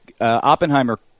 Oppenheimer